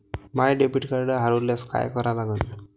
माय debit card हरोल्यास काय करा लागन?